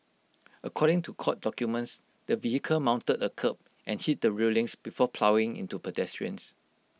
according to court documents the vehicle mounted A kerb and hit the railings before ploughing into pedestrians